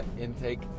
intake